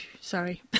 Sorry